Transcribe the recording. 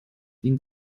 ihn